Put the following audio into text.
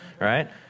right